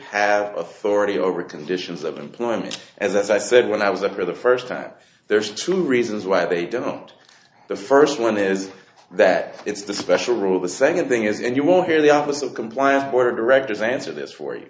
have authority over conditions of employment as i said when i was a for the first time there's two reasons why they don't the first one is that it's the special rule the second thing is and you will hear the office of compliance board of directors answer this for you